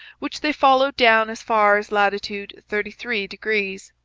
which they followed down as far as latitude thirty three degrees.